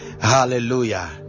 Hallelujah